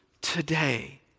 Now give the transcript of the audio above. today